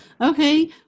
okay